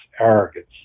arrogance